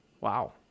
Wow